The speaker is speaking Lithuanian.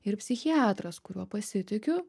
ir psichiatras kuriuo pasitikiu